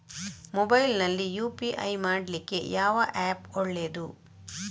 Mobile ನಲ್ಲಿ UPI ಮಾಡ್ಲಿಕ್ಕೆ ಯಾವ ಆ್ಯಪ್ ಒಳ್ಳೇದು?